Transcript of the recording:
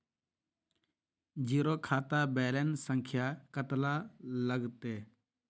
Zero खाता balance संख्या कतला लगते?